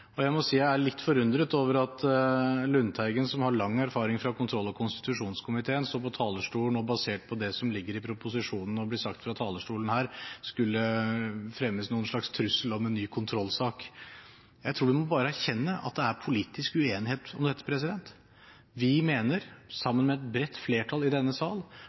oppfølgingsområder. Jeg må også si at jeg er litt forundret over at Lundteigen som har lang erfaring fra kontroll- og konstitusjonskomiteen, fra talerstolen og basert på det som ligger i proposisjon, og det som blir sagt fra talerstolen her, skulle fremme en slags trussel om en ny kontrollsak. Jeg tror vi bare må erkjenne at det er politisk uenighet om dette. Vi mener – sammen med et bredt flertall i denne sal